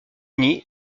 uni